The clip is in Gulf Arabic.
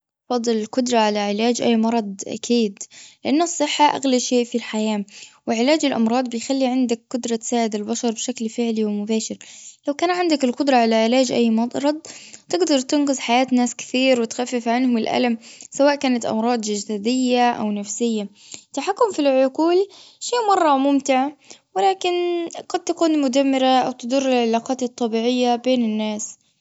بفضل القدرة على علاج أي مرض أكيد. لأن الصحة أغلى شيء في الحياة. وعلاج الأمراض بيخلي عندك قدرة تساعد البشر بشكل فعلي ومباشر. لو كان عندك القدرة على علاج أي م-مرض تقدر تنقذ حياة ناس كثير وتخفف عنهم الألم. سواء كانت أمراض جسدية أو نفسية. التحكم في العقول شي مرة ممتع. ولكن قد تكون مدمرة أو تضر العلاقات الطبيعية بين الناس.